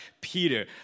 Peter